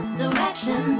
direction